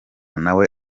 nawe